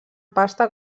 pasta